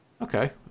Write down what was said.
Okay